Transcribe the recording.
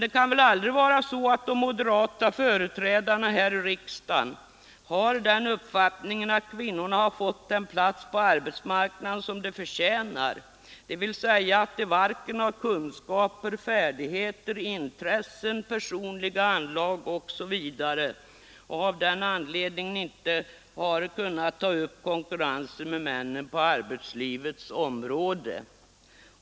Det kan väl aldrig vara så att de moderata företrädarna här i riksdagen har den uppfattningen att kvinnorna har fått den plats på arbetsmarknaden som de förtjänar, dvs. att de varken har kunskaper, färdigheter, intressen eller personliga anlag och av den anledningen inte har kunnat ta upp konkurrensen med männen på arbetslivets område?